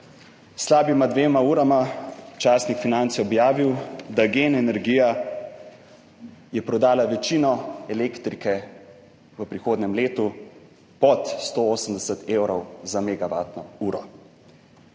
slabima dvema urama časnik Finance objavil, da je GEN energija prodala večino elektrike v prihodnjem letu pod 180 evrov za megavatno uro.